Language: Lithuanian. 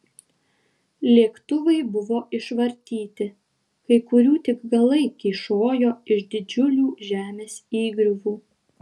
lėktuvai buvo išvartyti kai kurių tik galai kyšojo iš didžiulių žemės įgriuvų